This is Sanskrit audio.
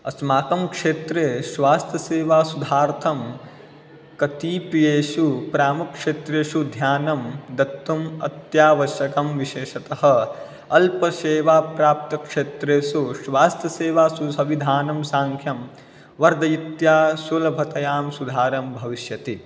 अस्माकं क्षेत्रे स्वास्थ्यसेवासुधार्थं कतिपयेषु प्रमुखक्षेत्रेषु ध्यानं दातुम् अत्यावश्यकं विशेषतः अल्पसेवाप्राप्तक्षेत्रेषु स्वास्थ्यसेवासु सविधानं साङ्ख्यं वर्धयित्वा सुलभतया सुधारं भविष्यति